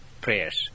prayers